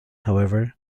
however